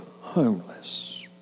homeless